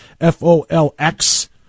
F-O-L-X